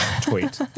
Tweet